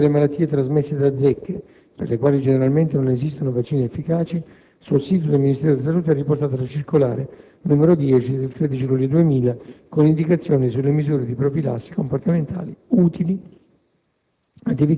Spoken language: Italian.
Anche per le malattie trasmesse da zecche, per le quali generalmente non esistono vaccini efficaci, sul sito del Ministero della salute è riportata la circolare n. 10, del 13 luglio 2000, con indicazioni sulle misure di profilassi comportamentale, utili